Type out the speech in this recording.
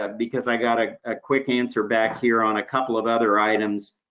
ah because i've got a quick answer back here on a couple of other items.